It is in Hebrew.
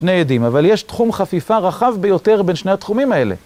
שני עדים, אבל יש תחום חפיפה רחב ביותר בין שני התחומים האלה.